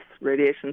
radiation